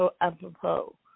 apropos